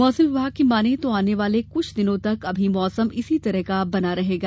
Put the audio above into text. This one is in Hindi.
मौसम विभाग की माने तो आने वाले कुछ दिनों तक अभी मौसम इसी तरह का बना रहेगा